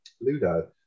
Ludo